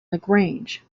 lagrange